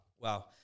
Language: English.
wow